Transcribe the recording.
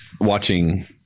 watching